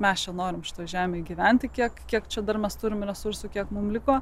mes norime šito žemėje gyventi kiek kiek čia dar mes turime resursų kiek mums liko